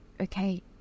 Okay